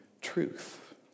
truth